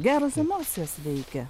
geros emocijos veikia